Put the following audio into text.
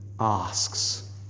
asks